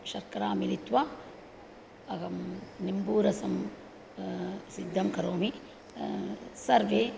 शर्करा मिलित्वा अहं निम्बूरसं सिद्धं करोमि सर्वे